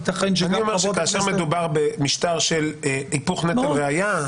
אני אומר שכאשר מדובר במשטר של היפוך נטל ראיה,